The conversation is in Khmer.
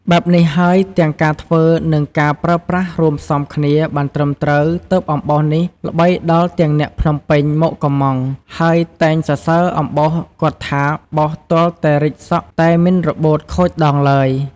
បែបនេះហើយទាំងការធ្វើនិងការប្រើប្រាស់រួមផ្សំគ្នាបានត្រឹមត្រូវទើបអំបោសនេះល្បីដល់ទាំងអ្នកភ្នំពេញមកកម្មង់ ហើយតែងសរសើរអំបោសគាត់ថា បោសទាល់តែរិចសក់តែមិនរបូតខូចដងឡើយ។